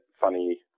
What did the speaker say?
funny